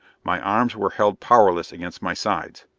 my arms were held powerless against my sides.